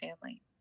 family